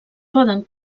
poden